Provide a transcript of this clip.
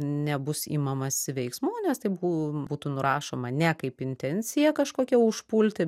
nebus imamasi veiksmų nes tai bū būtų nurašoma ne kaip intencija kažkokia užpulti